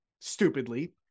stupidly